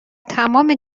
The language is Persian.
تمام